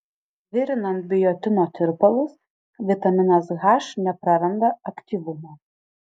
virinant biotino tirpalus vitaminas h nepraranda aktyvumo